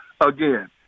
again